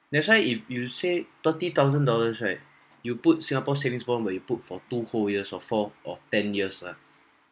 that's why if you say thirty thousand dollars right you put singapore savings bond where you put for two whole years or four of ten years lah